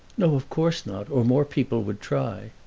no, of course not, or more people would try.